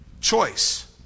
choice